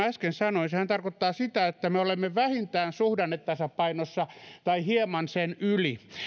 äsken sanoin tarkoittaa sitä että me olemme vähintään suhdannetasapainossa tai hieman sen yli